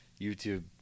YouTube